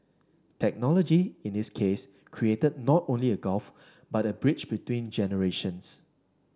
technology in this case created not a gulf but a bridge between generations